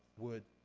would